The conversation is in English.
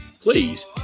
please